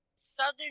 southern